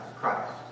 Christ